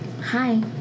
hi